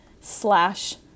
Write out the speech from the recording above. slash